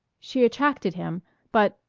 she attracted him but,